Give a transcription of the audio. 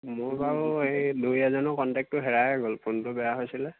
মোৰ বাৰু এই দুই এজনৰ কণ্টেক্টটো হেৰাইয়ে গ'ল ফোনটো বেয়া হৈছিলে